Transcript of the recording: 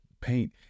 Paint